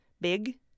big